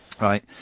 Right